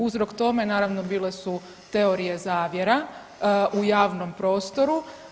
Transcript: Uzrok tome, naravno, bile su teorije zavjera u javnom prostoru.